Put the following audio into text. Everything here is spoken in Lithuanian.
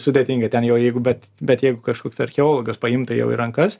sudėtinga ten jau jeigu bet bet jeigu kažkoks archeologas paimtų jau į rankas